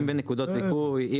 אם בנקודות זיכוי.